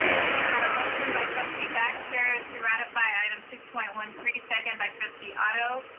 we've got a motion by trustee baxter to ratify item six point one three, second by trustee otto.